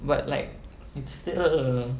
but like it's still a